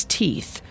teeth